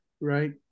right